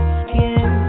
skin